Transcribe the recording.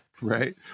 Right